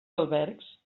albergs